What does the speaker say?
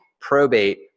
probate